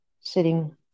sitting